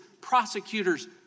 prosecutors